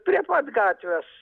prie pat gatvės